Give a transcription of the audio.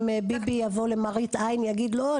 אם ביבי יבוא למראית עין יגיד לא,